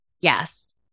Yes